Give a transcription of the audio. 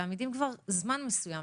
ועמידים כבר זמן מסוים,